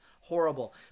Horrible